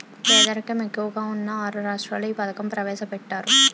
పేదరికం ఎక్కువగా ఉన్న ఆరు రాష్ట్రాల్లో ఈ పథకం ప్రవేశపెట్టారు